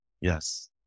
Yes